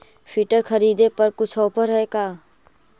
Filter खरिदे पर कुछ औफर है का?